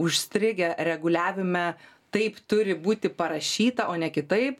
užstrigę reguliavime taip turi būti parašyta o ne kitaip